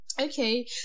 Okay